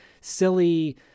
silly